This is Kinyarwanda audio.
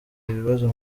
ibibazo